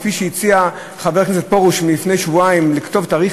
כפי שהציע חבר הכנסת פרוש לפני שבועיים לכתוב תאריך